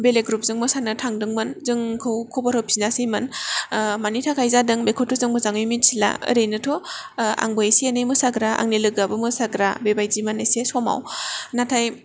बेलेग ग्रुपजों मोसानो थांदोंमोन जोंखौ खबर होफिनासैमोन मानि थाखाय जादों बेखौथ' जों मोजाङै मिथिला ओरैनोथ' आंबो एसे एनै मोसाग्रा आंनि लोगोआबो मोसाग्रा बेबादिमोन एसे समाव नाथाय